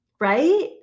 Right